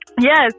yes